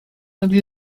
ydy